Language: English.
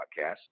podcast